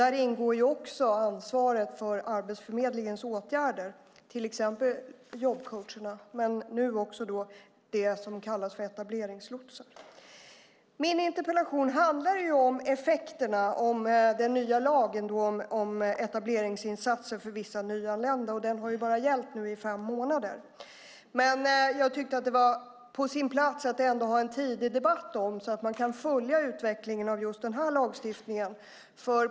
Där ingår också ansvaret för Arbetsförmedlingens åtgärder, till exempel jobbcoacherna, men nu också det som kallas för etableringslotsar. Min interpellation handlar om effekterna av den nya lagen om etableringsinsatser för vissa nyanlända, och den har bara gällt i fem månader. Men jag tyckte att det var på sin plats att ha en tidig debatt om detta så att man kan följa utvecklingen av just denna lagstiftning.